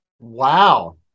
Wow